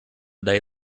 day